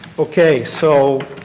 okay. so